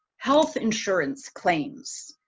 health insurance claims,